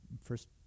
first